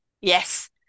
Yes